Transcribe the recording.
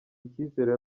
icyizere